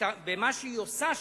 במה שהיא עושה שם,